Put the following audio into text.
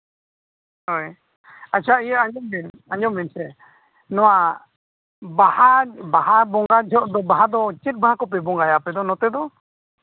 ᱦᱳᱭ ᱟᱪᱪᱷᱟ ᱤᱭᱟᱹ ᱟᱸᱡᱚᱢ ᱵᱤᱱ ᱟᱸᱡᱚᱢ ᱵᱤᱱ ᱥᱮ ᱱᱚᱣᱟ ᱵᱟᱦᱟ ᱵᱟᱦᱟ ᱵᱚᱸᱜᱟ ᱡᱚᱦᱚᱜ ᱫᱚ ᱪᱮᱫ ᱵᱟᱦᱟ ᱠᱚᱯᱮ ᱵᱚᱸᱜᱟᱭᱟ ᱟᱯᱮ ᱫᱚ ᱱᱚᱛᱮ ᱫᱚ